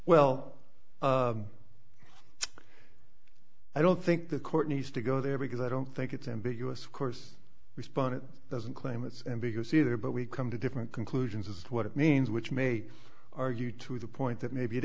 well i don't think the court needs to go there because i don't think it's ambiguous of course responded doesn't claim it's ambiguous either but we come to different conclusions as to what it means which may argue to the point that maybe it